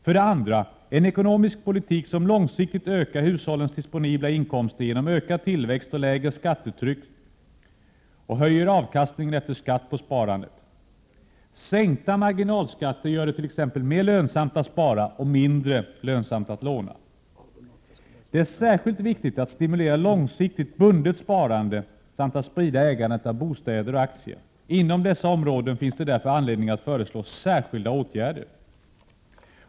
För det andra bör det föras en ekonomisk politik som långsiktigt ökar hushållens disponibla inkomster genom ökad tillväxt och lägre skattetryck och som höjer avkastningen efter skatt på sparandet. Sänkta marginalskatter gör det t.ex. mer lönsamt att spara och mindre lönsamt att låna. Det är särskilt viktigt att stimulera långsiktigt bundet sparande samt att sprida ägandet av bostäder och aktier. Inom dessa områden finns det därför anledning att föreslå särskilda åtgärder.